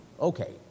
Okay